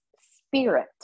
Spirit